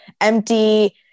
empty